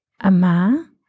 ama